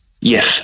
Yes